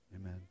amen